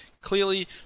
Clearly